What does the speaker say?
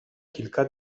kilka